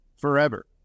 forever